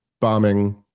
bombing